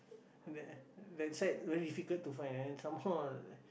web website very difficult to find and some more